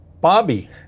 Bobby